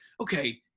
okay